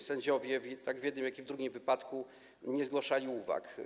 Sędziowie ani w jednym, ani w drugim wypadku nie zgłaszali uwag.